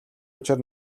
учир